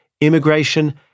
immigration